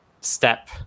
step